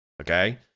Okay